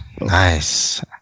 Nice